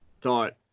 thought